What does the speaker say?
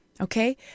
Okay